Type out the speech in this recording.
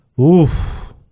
Oof